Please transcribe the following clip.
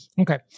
Okay